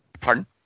pardon